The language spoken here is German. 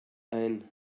ein